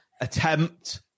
attempt